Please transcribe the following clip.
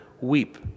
weep